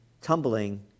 tumbling